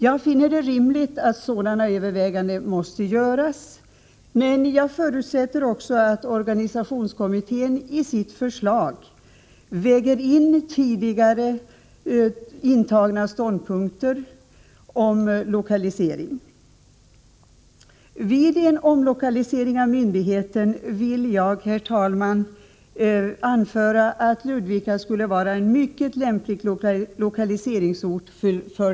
Jag finner det rimligt att sådana överväganden måste göras, men förutsätter att organisationskommittén i sitt förslag väger in tidigare uttalade ståndpunkter om lokalisering. Vid en omlokalisering av den centrala AMU-myndigheten skulle, herr talman, Ludvika vara en mycket lämplig lokaliseringsort.